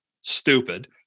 stupid